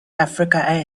africa